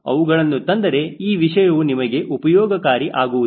ಅವುಗಳನ್ನು ತಂದರೆ ಈ ವಿಷಯವು ನಿಮಗೆ ಉಪಯೋಗಕಾರಿ ಆಗುವುದಿಲ್ಲ